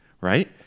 Right